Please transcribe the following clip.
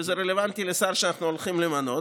וזה רלוונטי לשר שאנחנו הולכים למנות,